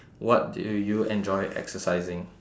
what do you enjoy exercising